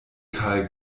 karl